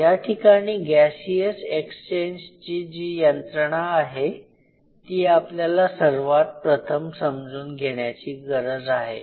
याठिकाणी गॅसियस एक्सचेंजची जी यंत्रणा आहे ती आपल्याला सर्वात प्रथम समजून घेण्याची गरज आहे